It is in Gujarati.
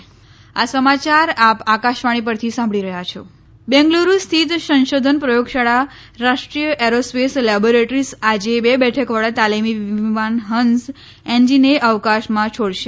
હંસ એનજી બેંગ્લુરુ સ્થિત સંશોધન પ્રયોગશાળા રાષ્ટ્રીય એરોસ્પેસ લેબોરેટરીઝ આજે બે બેઠકવાળા તાલીમી વિમાન હંસ એનજીને અવકાશમાં છોડશે